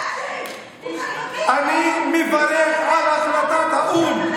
אני מברך על החלטת האו"ם.